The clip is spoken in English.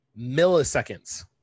milliseconds